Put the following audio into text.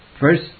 First